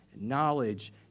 knowledge